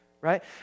right